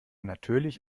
natürlich